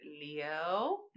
Leo